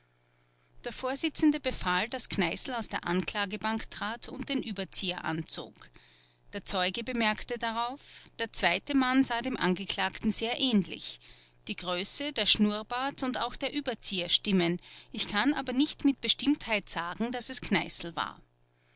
der vorsitzende befahl daß kneißl aus der anklagebank trat und den überzieher anzog der zeuge bemerkte darauf der zweite mann sah dem angeklagten sehr ähnlich die größe der schnurrbart und auch der überzieher stimmen ich kann aber nicht mit bestimmtheit sagen daß es kneißl war